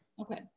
Okay